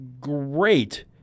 great